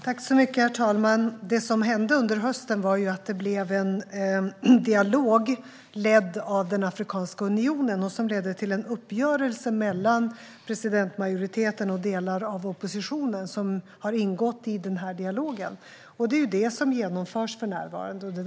Herr talman! Det som hände under hösten var att det blev en dialog, ledd av Afrikanska unionen. Den ledde till en uppgörelse mellan presidentmajoriteten och delar av oppositionen, som har ingått i den dialogen. Den uppgörelsen genomförs för närvarande.